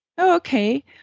Okay